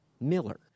Miller